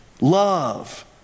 Love